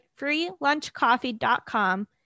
freelunchcoffee.com